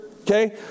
okay